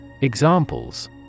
Examples